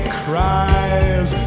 cries